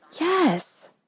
Yes